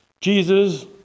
Jesus